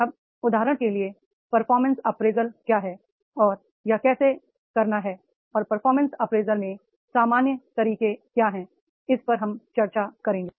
अब उदाहरण के लिए परफॉर्मेंस अप्रेजल क्या है और यह कैसे करना है और परफॉर्मेंस अप्रेजल में सामान्य तरीके क्या हैं इस पर हम चर्चा करेंगे